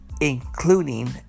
including